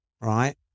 right